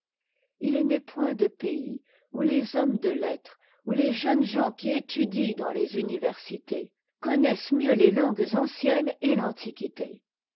sociaie h n'est point de pays où les hommes de lettres où les jeunes gens qui étudient dans les universités connaissent mieux les langues anciennes et l'antiquité